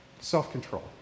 self-control